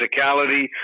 physicality